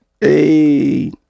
Hey